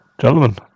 Gentlemen